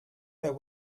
der